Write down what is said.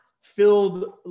filled